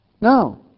No